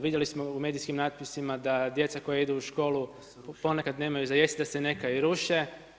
Vidjeli smo u medijskim natpisima da djeca koja idu u školu, ponekad nemaju za jesti, da se neka i ruše.